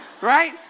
Right